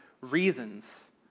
reasons